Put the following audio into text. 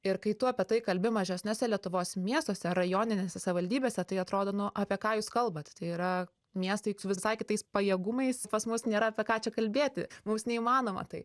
ir kai tu apie tai kalbi mažesniuose lietuvos miestuose rajoninėse savivaldybėse tai atrodo nu apie ką jūs kalbat tai yra miestai visai kitais pajėgumais pas mus nėra apie ką čia kalbėti mums neįmanoma tai